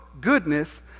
goodness